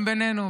גם בינינו.